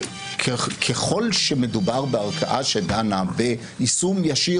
ככל שמדובר בערכאה שדנה ביישום ישיר,